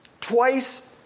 twice